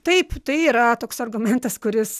taip tai yra toks argumentas kuris